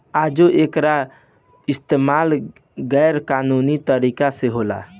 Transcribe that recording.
आजो एकर इस्तमाल गैर कानूनी तरीका से होता